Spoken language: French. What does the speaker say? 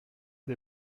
des